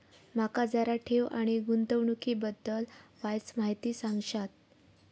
माका जरा ठेव आणि गुंतवणूकी बद्दल वायचं माहिती सांगशात?